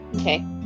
Okay